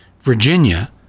Virginia